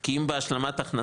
כי אם בהשלמת הכנסה,